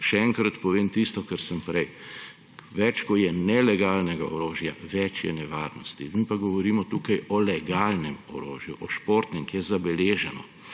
Še enkrat povem tisto, kar sem prej. Več, ko je nelegalnega orožja, več je nevarnosti, mi pa govorimo tukaj o legalnem orožju, o športnem, ki je zabeleženo.